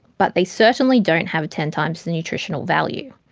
but they certainly don't have ten times the nutritional value.